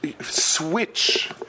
Switch